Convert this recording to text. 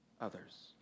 others